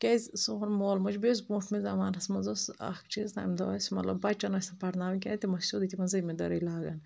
کیازِ سون مول موج بیٚیہِ اوس برونٛٹھمہِ زمانَس منٛز اوس اَکھ چیٖز تَمہِ دۄہ ٲسۍ مطلب بَچَن ٲسۍ نہٕ پَرناوٕنۍ کیازِ تِم ٲسۍ سیٚودُے تِمن زٔمیٖندٲری لاگَان